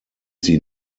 sie